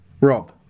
Rob